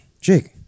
Jake